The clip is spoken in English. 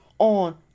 on